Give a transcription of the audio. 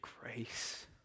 grace